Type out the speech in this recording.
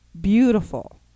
beautiful